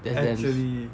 that damns